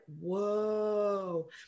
Whoa